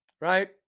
Right